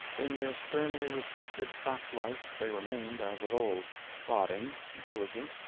in their sternly restricted fact life they remained as of old plodding, diligent,